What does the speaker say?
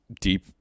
deep